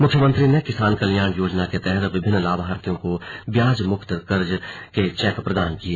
मुख्यमंत्री ने किसान कल्याण योजना के तहत विभिन्न लाभार्थियों को ब्याज मुक्त कर्ज के चेक प्रदान किये